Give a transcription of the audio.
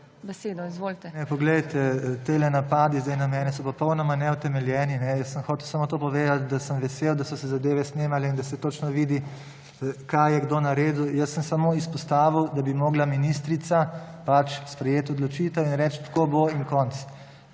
Poglejte, ti napadi zdaj na mene so popolnoma neutemeljeni. Hotel sem samo to povedati, da sem vesel, da so se zadeve snemale in da se točno vidi, kaj je kdo naredil. Jaz sem samo izpostavil, da bi morala ministrica pač sprejeti odločitev in reči, tako bo in konec,